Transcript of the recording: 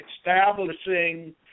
establishing